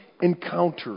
encounter